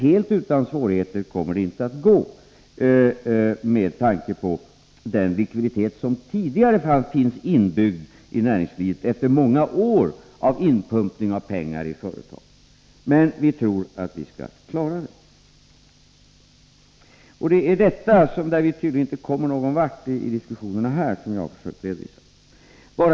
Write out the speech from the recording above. Helt utan svårigheter kommer det inte att gå med tanke på den likviditet som sedan tidigare finns inbyggd i näringslivet, efter många år av inpumpning av pengar i företagen, men vi tror att vi skall klara det. Det är på den här punkten vi tydligen inte kommer någon vart i diskussionerna, och jag har därför försökt redovisa den ytterligare.